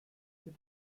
mit